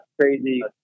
crazy